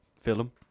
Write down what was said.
Film